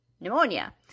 pneumonia